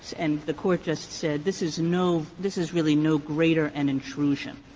and the court just said, this is no this is really no greater an intrusion.